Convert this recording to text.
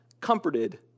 comforted